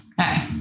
Okay